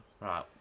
Right